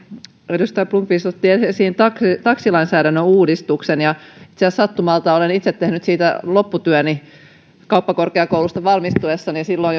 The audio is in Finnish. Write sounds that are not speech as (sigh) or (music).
edustaja blomqvist otti esiin taksilainsäädännön uudistuksen itse asiassa sattumalta olen itse tehnyt siitä lopputyöni kauppakorkeakoulusta valmistuessani silloin (unintelligible)